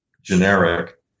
generic